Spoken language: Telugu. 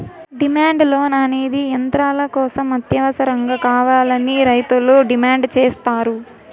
డిమాండ్ లోన్ అనేది యంత్రాల కోసం అత్యవసరంగా కావాలని రైతులు డిమాండ్ సేత్తారు